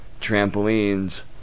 trampolines